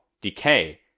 decay